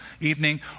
evening